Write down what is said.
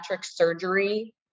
surgery